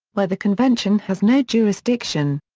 where the convention has no jurisdiction.